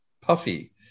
puffy